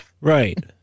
right